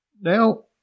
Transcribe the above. Now